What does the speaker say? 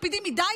מקפידים מדי,